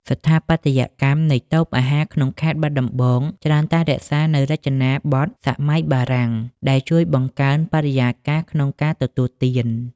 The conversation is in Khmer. ស្ថាបត្យកម្មនៃតូបអាហារក្នុងខេត្តបាត់ដំបង ច្រើនតែរក្សានូវរចនាប័ទ្មសម័យបារាំង ដែលជួយបង្កើនបរិយាកាសក្នុងការទទួលទាន។